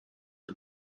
are